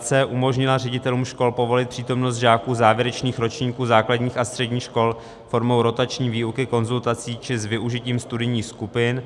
c) umožnila ředitelům škol povolit přítomnost žáků závěrečných ročníků základních a středních škol formou rotační výuky, konzultací či s využitím studijních skupin;